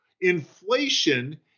Inflation